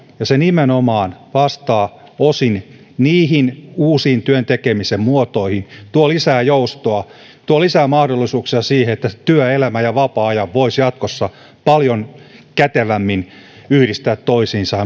ja se nimenomaan vastaa osin niihin uusiin työn tekemisen muotoihin tuo lisää joustoa tuo lisää mahdollisuuksia siihen että työelämän ja vapaa ajan voisi paljon kätevämmin yhdistää toisiinsa